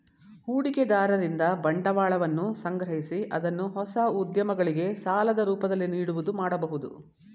ಹೂಡಿಕೆದಾರರಿಂದ ಬಂಡವಾಳವನ್ನು ಸಂಗ್ರಹಿಸಿ ಅದನ್ನು ಹೊಸ ಉದ್ಯಮಗಳಿಗೆ ಸಾಲದ ರೂಪದಲ್ಲಿ ನೀಡುವುದು ಮಾಡಬಹುದು